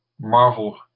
Marvel